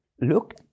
look